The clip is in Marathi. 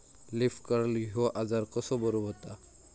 लीफ कर्ल ह्यो आजार कसो बरो व्हता?